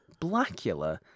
blackula